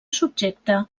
subjecte